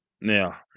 Now